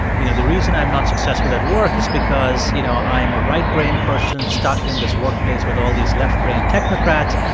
you know, the reason i'm not successful at work is because, you know, i'm a right-brain person stuck in this workplace with all these left-brain technocrats.